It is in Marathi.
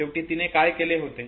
शेवटी तिने काय केले होते